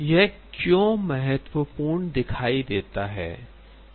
यह क्यों महत्वपूर्ण दिखाई देता है